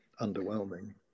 underwhelming